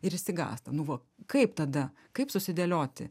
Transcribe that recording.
ir išsigąsta nu va kaip tada kaip susidėlioti